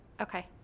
Okay